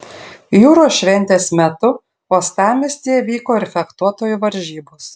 jūros šventės metu uostamiestyje vyko ir fechtuotojų varžybos